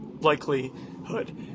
likelihood